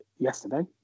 Yesterday